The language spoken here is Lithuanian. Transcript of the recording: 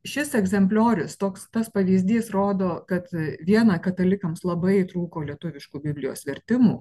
šis egzempliorius toks tas pavyzdys rodo kad viena katalikams labai trūko lietuviškų biblijos vertimų